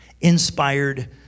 inspired